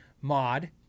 mod